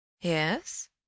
Yes